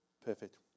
Perfect